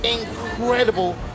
incredible